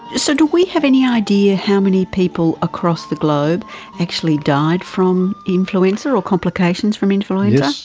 so do we have any idea how many people across the globe actually died from influenza or complications from influenza?